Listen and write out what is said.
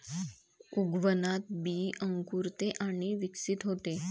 उगवणात बी अंकुरते आणि विकसित होते